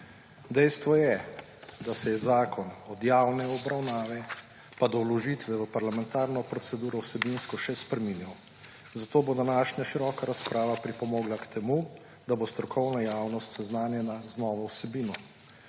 Dejstvo je, da se je zakon od javne obravnave pa do vložitve v parlamentarno proceduro vsebinsko še spreminjal, zato bo današnja široko razprava pripomogla k temu, da bo strokovna javnost seznanjena z novo vsebino.